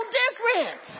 different